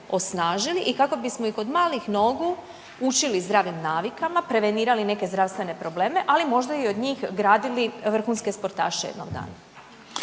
osnažili i kako bismo ih od malih nogu učili zdravim navikama, prevenirali neke zdravstvene probleme, ali možda i od njih gradili vrhunske sportaše jednog dana.